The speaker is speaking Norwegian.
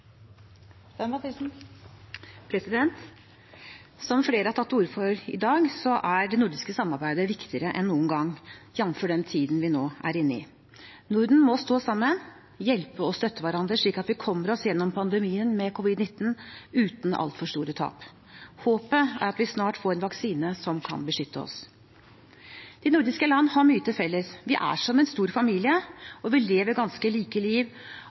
Som flere har tatt til orde for i dag, er det nordiske samarbeidet viktigere enn noen gang, jf. den tiden vi nå er inne i. Norden må stå sammen, hjelpe og støtte hverandre, slik at vi kommer oss gjennom covid-19-pandemien uten altfor store tap. Håpet er at vi snart får en vaksine som kan beskytte oss. De nordiske land har mye til felles. Vi er som en stor familie. Vi lever ganske like liv